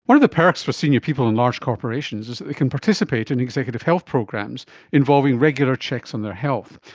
one of the perks for senior people in large corporations is that they can participate in executive health programs involving regular checks on their health.